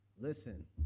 Listen